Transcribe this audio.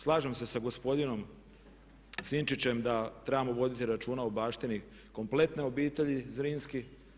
Slažem se sa gospodinom Sinčićem da trebamo voditi računa o baštini kompletne obitelji Zrinski.